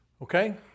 Okay